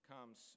comes